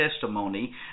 testimony